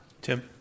Tim